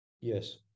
Yes